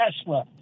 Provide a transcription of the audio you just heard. Tesla